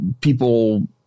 people